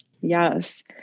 Yes